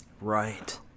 Right